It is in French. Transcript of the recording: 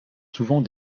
souvent